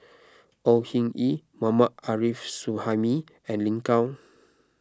Au Hing Yee Mohammad Arif Suhaimi and Lin Gao